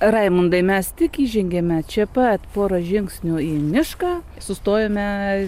raimundai mes tik įžengėme čia pat porą žingsnių į mišką sustojome